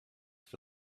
for